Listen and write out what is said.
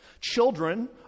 Children